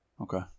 Okay